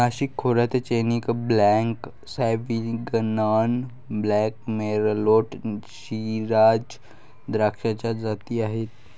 नाशिक खोऱ्यात chenin blanc, sauvignon blanc, merlot, shiraz द्राक्षाच्या जाती आहेत